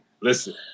listen